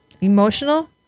Emotional